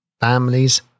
families